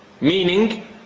meaning